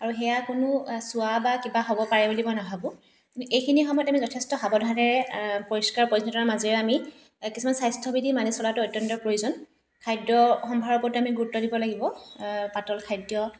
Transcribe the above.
আৰু সেয়া কোনো চুৱা বা কিবা হ'ব পাৰে বুলি মই নাভাবোঁ এইখিনি সময়ত আমি যথেষ্ট সাৱধানেৰে পৰিষ্কাৰ পৰিচ্ছন্নতাৰ মাজেৰে আমি কিছুমান স্বাস্থ্য বিধি মানি চলাটো অতন্ত্য প্ৰয়োজন খাদ্যসম্ভাৰৰ প্ৰতি আমি গুৰুত্ব দিব লাগিব পাতল খাদ্য